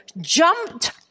jumped